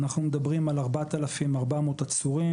אנחנו מדברים על 4,400 עצורים,